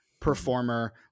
performer